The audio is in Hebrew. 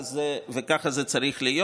וככה זה צריך להיות.